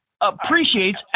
appreciates